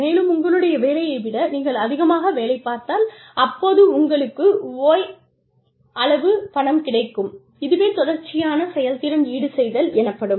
மேலும் உங்களுடைய வேலையை விட நீங்கள் அதிகமாக வேலைப்பார்த்தால் அப்போது உங்களுக்கு 'ஒய்' அளவு பணம் கிடைக்கும் இதுவே தொடர்ச்சியான செயல்திறன் ஈடுசெய்தல் எனப்படும்